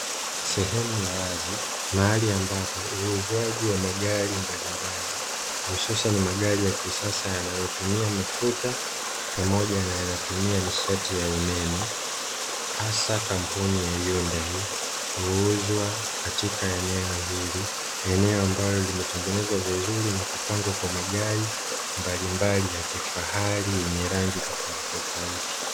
Sehemu ya wazi, Mahali ambapo uuzwaji wa magari mbalimbali hususani magari ya kisasa yanayotomia mafuta, pamoja na yanayotumia nishati ya umeme, hasa kampuni ya "Yhundai" huuzwa katika eneo hili, eneo ambalo limetengenezwa vizuri na kupangwa kwa magari mbalimbali ya kifahari yenye rangi tofautitofauti.